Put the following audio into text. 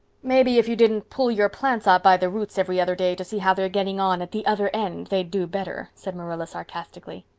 maybe if you didn't pull your plants up by the roots every other day to see how they're getting on at the other end they'd do better, said marilla sarcastically.